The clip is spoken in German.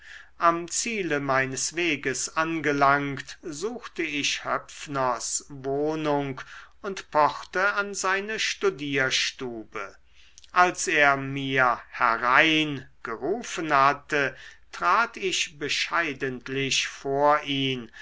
am ziele meines weges angelangt suchte ich höpfners wohnung und pochte an seine studierstube als er mir herein gerufen hatte trat ich bescheidentlich vor ihn